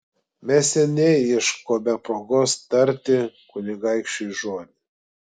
mes seniai ieškome progos tarti kunigaikščiui žodį